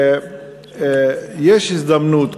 ויש הזדמנות כאן,